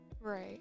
Right